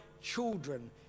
children